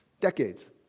decades